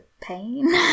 pain